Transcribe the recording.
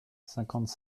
cinquante